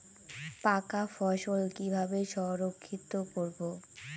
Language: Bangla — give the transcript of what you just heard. পাকা ফসল কিভাবে সংরক্ষিত করব?